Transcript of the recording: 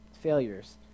Failures